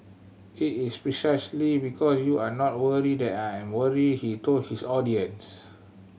it is precisely because you are not worried that I am worried he told his audience